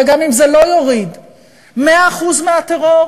וגם אם זה לא יוריד את 100% הטרור,